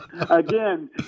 Again